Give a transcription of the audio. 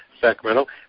Sacramento